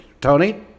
Tony